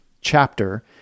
chapter